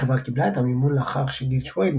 החברה קיבלה את המימון לאחר שגיל שויד,